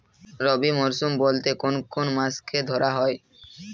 রবি মরশুম বলতে কোন কোন মাসকে ধরা হয়?